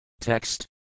Text